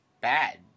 bad